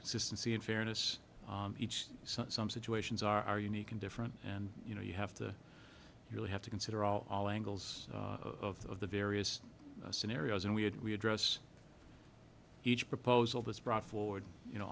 consistency and fairness each some situations are unique and different and you know you have to really have to consider all angles of the various scenarios and we had we address each proposal that's brought forward you know